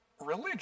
religion